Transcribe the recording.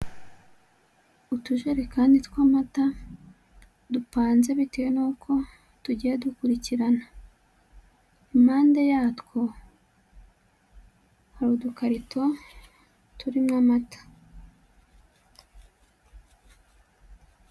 Utujerekani tw'amata, dupanze bitewe n'uko tugiye dukurikirana, impande yatwo hari udukarito turimo amata.